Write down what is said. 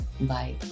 Bye